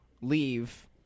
leave